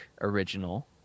original